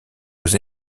aux